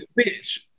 bitch